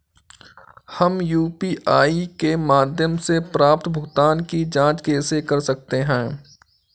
हम यू.पी.आई के माध्यम से प्राप्त भुगतान की जॉंच कैसे कर सकते हैं?